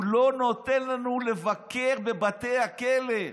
הוא לא נותן לנו לבקר בבתי הכלא.